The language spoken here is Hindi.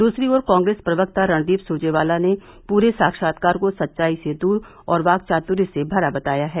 दूसरी ओर कांग्रेस प्रवक्ता रणदीप सुरजेवाला ने पूरे साक्वात्कार को सच्चाई से दूर और वाक्यचातुर्य से भरा बताया है